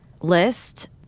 list